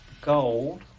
gold